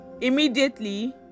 Immediately